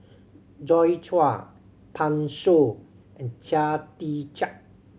Joi Chua Pan Shou and Chia Tee Chiak